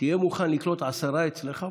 תהיה מוכן לקלוט עשרה אצלך?